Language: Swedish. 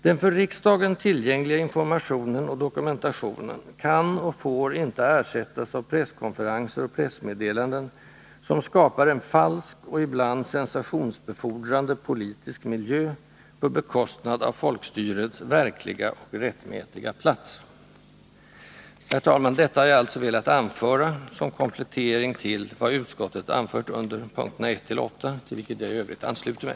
Den för riksdagen tillgängliga informationen och dokumentationen kan och får inte ersättas av presskonferenser och pressmeddelanden, som ger upphov till en falsk och ibland sensationsbefordrande politisk miljö, på bekostnad av folkstyrets verkliga och rättmätiga plats. Herr talman! Detta har jag velat anföra som komplettering till vad utskottet redovisar under avsnitten 1-8, till vilket jag i övrigt ansluter mig.